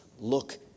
look